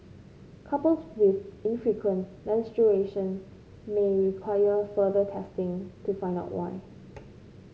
couples with infrequent menstruation may require further testing to find out why